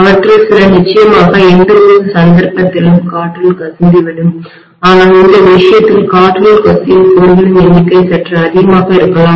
அவற்றில் சில நிச்சயமாக எந்தவொரு சந்தர்ப்பத்திலும் காற்றில் கசிந்துவிடும் ஆனால் இந்த விஷயத்தில் காற்றில் கசியும் கோடுகளின் எண்ணிக்கை சற்று அதிகமாக இருக்கலாம்